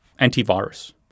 antivirus